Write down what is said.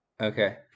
Okay